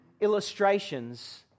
illustrations